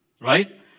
Right